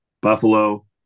Buffalo